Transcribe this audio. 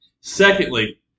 Secondly